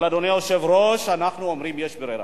אבל, אדוני היושב-ראש, אנחנו אומרים: יש ברירה.